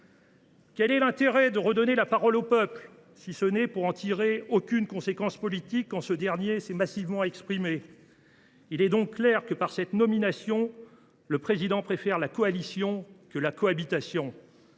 Quel est l’intérêt de redonner la parole au peuple si c’est pour ne tirer aucune conséquence politique quand ce dernier s’est massivement exprimé ? Il est clair que, par cette nomination, le Président de la République préfère la coalition à la cohabitation.